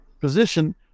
position